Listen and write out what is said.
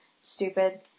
stupid